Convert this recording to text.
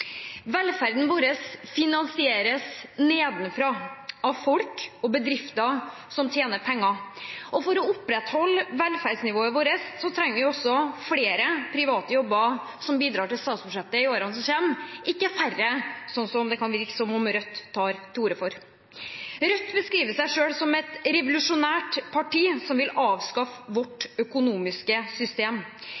Velferden vår finansieres nedenfra, av folk og bedrifter som tjener penger, og for å opprettholde velferdsnivået vårt trenger vi også flere private jobber som bidrar til statsbudsjettet i årene som kommer, ikke færre – slik det kan virke som om Rødt tar til orde for. Rødt beskriver seg selv som et revolusjonært parti som vil avskaffe vårt